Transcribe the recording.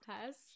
Test